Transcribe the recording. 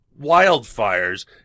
wildfires